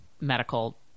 medical